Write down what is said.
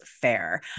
fair